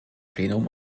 plenum